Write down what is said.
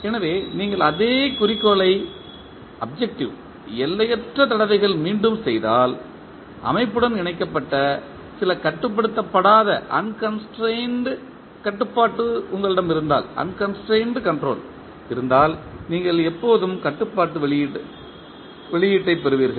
எனவே நீங்கள் அதே குறிக்கோளை எல்லையற்ற தடவைகள் மீண்டும் செய்தால் அமைப்புடன் இணைக்கப்பட்ட சில கட்டுப்படுத்தப்படாத கட்டுப்பாட்டு உங்களிடம் இருந்தால் நீங்கள் எப்போதும் கட்டுப்பாட்டு வெளியீட்டைப் பெறுவீர்கள்